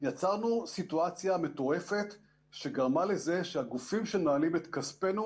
יצרנו סיטואציה מטורפת שגרמה לזה שהגופים שמנהלים את כספנו